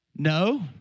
No